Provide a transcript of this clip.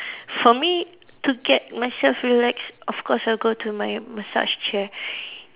for me to get myself relaxed of course I'll go to my massage chair